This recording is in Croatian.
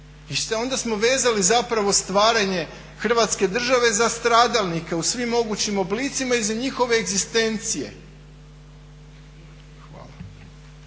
i onda smo vezali zapravo stvaranje Hrvatske države za stradalnike u svim mogućim oblicima i za njihove egzistencije. Hvala.